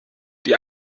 die